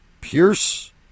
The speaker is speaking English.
Pierce